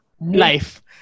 life